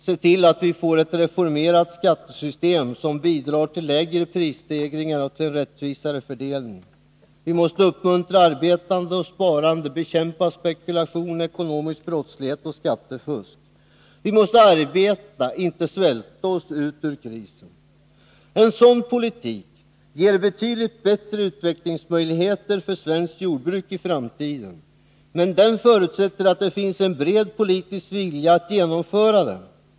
Skattesystemet måste reformeras, så att det bidrar till lägre prisstegringar och till en rättvisare fördelning. Vi måste uppmuntra arbete och sparande och bekämpa spekulation, ekonomisk brottslighet och skattefusk. Vi skall arbeta, inte svälta, oss ur krisen. En sådan politik ger betydligt bättre utvecklingsmöjligheter för svenskt jordbruk i framtiden. Men den förutsätter att det finns en bred politisk vilja att genomföra den.